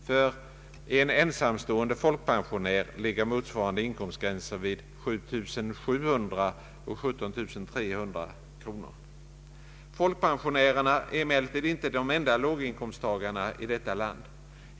För en ensamstående folkpensionär ligger motsvarande inkomstgränser vid 7700 kronor och 17 300 kronor. Folkpensionärerna är emellertid inte de enda låginkomsttagarna i detta land.